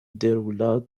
déroula